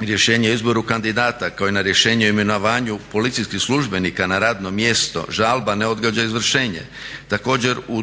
rješenje o izboru kandidata kao i na rješenje o imenovanju policijskih službenika na radno mjesto žalba ne odgađa izvršenje. Također u